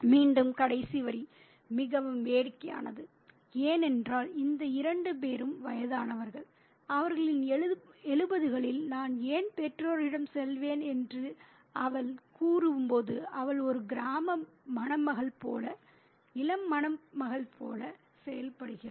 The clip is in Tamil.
மீண்டும் கடைசி வரி மிகவும் வேடிக்கையானது ஏனென்றால் இந்த இரண்டு பேரும் மிகவும் வயதானவர்கள் அவர்களின் எழுபதுகளில் நான் என் பெற்றோரிடம் செல்வேன் என்று அவள் கூறும்போது அவள் ஒரு இளம் மணமகள் போல செயல்படுகிறாள்